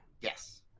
yes